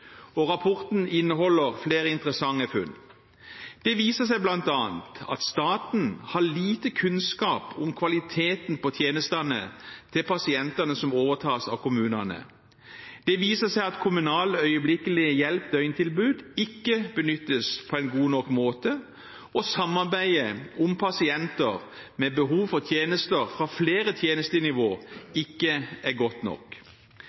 Rapporten inneholder flere interessante funn. Det viser seg bl.a. at staten har lite kunnskap om kvaliteten på tjenestene til pasientene som overtas av kommunene. Det viser seg at kommunal øyeblikkelig hjelp døgntilbud ikke benyttes på en god nok måte, og at samarbeidet om pasienter med behov for tjenester fra flere tjenestenivåer ikke er godt nok.